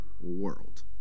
world